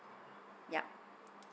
yup